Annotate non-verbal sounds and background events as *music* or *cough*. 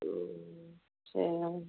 *unintelligible*